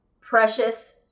precious